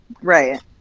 Right